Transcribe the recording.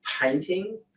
painting